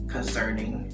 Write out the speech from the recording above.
Concerning